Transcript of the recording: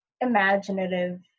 imaginative